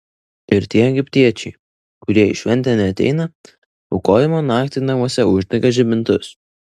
ir tie egiptiečiai kurie į šventę neateina aukojimo naktį namuose uždega žibintus